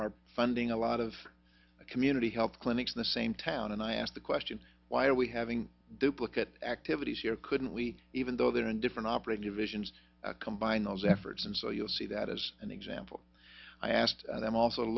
are funding a lot of community health clinics in the same town and i asked the question why are we having duplicate activities here couldn't we even though they're in different operating divisions combine those efforts and so you'll see that as an example i asked